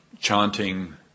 chanting